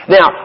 Now